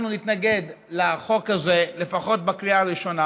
אנחנו נתנגד לחוק הזה לפחות בקריאה הראשונה.